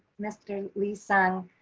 mr. lee-sung.